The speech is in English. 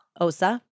Osa